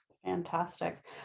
Fantastic